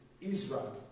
Israel